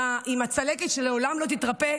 עם הצלקת שלעולם לא תתרפא,